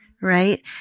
Right